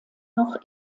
noch